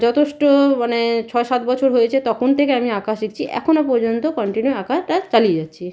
যথেষ্ট মানে ছয় সাত বছর হয়েচে তখন থেকে আমি আঁকা শিখছি এখনো পর্যন্ত কন্টিনিউ আঁকাটা চালিয়ে যাচ্ছি